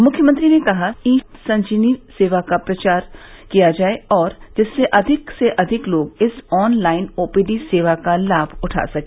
मुख्यमंत्री ने कहा ई संजीवनी सेवा का व्यापक प्रचार प्रसार किया जाये जिससे अधिक से अधिक लोग इस ऑन लाइन ओपीडी सेवा का लाभ उठा सके